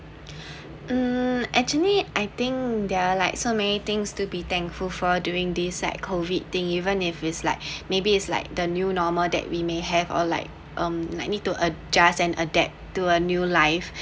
um actually I think there are like so many things to be thankful for doing this like COVID thing even if it's like maybe it's like the new normal that we may have or like um I need to adjust and adapt to a new life